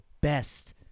best